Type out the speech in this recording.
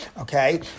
okay